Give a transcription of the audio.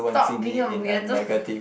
stop being a weirdo